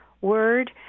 word